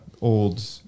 old